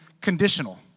conditional